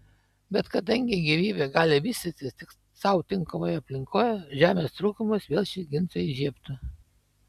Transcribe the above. bet kadangi gyvybė gali vystytis tik sau tinkamoje aplinkoje žemės trūkumas vėl šį ginčą įžiebtų